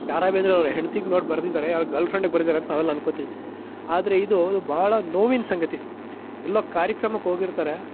the Ra ಬೇಂದ್ರೆಯವರು ಹೆಂಡತಿಗೆ ನೋಡಿ ಬರೆದಿದ್ದಾರೆ ಅವರ ಗರ್ಲ್ ಫ್ರೆಂಡಿಗೆ ಬರದಿದ್ದಾರೆ ಅಂತ ನಾವೆಲ್ಲ ಅಂದ್ಕೋತೀವಿ ಆದರೆ ಇದು ಬಹಳ ನೋವಿನ ಸಂಗತಿ ಎಲ್ಲೋ ಕಾರ್ಯಕ್ರಮಕ್ಕೆ ಹೋಗಿರ್ತಾರೆ